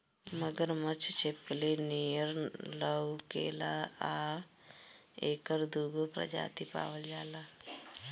मगरमच्छ छिपकली नियर लउकेला आ एकर दूगो प्रजाति पावल जाला